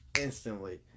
instantly